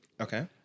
Okay